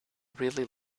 really